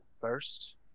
first